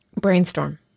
Brainstorm